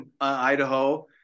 Idaho